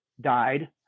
died